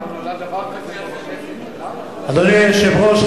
אדוני היושב-ראש,